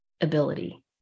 ability